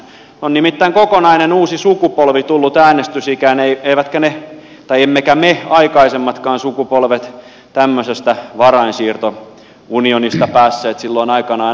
on nimittäin kokonainen uusi sukupolvi tullut äänestysikään emmekä me aikaisemmatkaan sukupolvet tämmöisestä varainsiirtounionista päässeet silloin aikanaan äänestämään